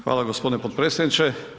Hvala gospodine potpredsjedniče.